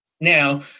now